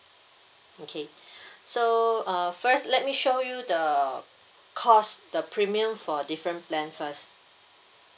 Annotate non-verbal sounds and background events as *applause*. okay *breath* so uh first let me show you the cost the premium for different plan first